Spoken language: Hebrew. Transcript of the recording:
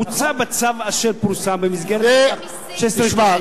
מוצע בצו אשר פורסם במסגרת מק"ח 1630,